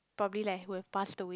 probably who have passed away